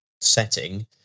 setting